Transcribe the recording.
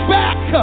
back